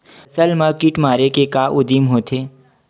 फसल मा कीट मारे के का उदिम होथे?